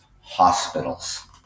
hospitals